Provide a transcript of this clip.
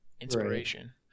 inspiration